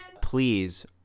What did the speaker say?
Please